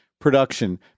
production